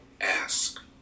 ask